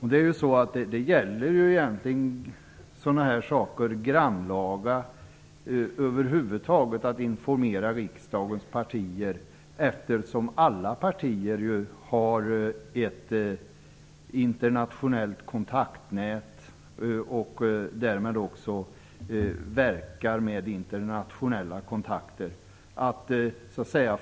I sådana här fall gäller det att grannlaga informera riksdagens partier, eftersom alla partier har ett internationellt kontaktnät och därmed också verkar i detta.